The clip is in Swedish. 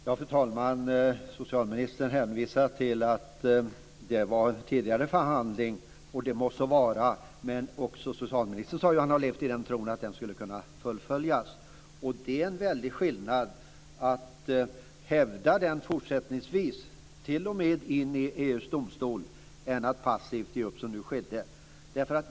Fru talman! Socialministern hänvisar till att det hela gäller tidigare förhandling. Det må så vara, men också socialministern sade ju att han har levt i den tron att den skulle kunna fullföljas. Det är en väldig skillnad mellan att hävda sin linje fortsättningsvis, t.o.m. in i EU:s domstol, och att passivt ge upp som nu skedde.